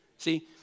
See